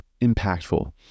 impactful